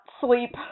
sleep